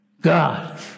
God